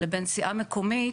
לבין סיעה מקומית,